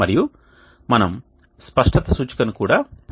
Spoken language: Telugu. మరియు మనం స్పష్టత సూచికను కూడా పొందవచ్చు